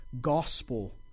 gospel